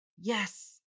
Yes